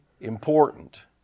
important